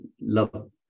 love